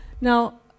Now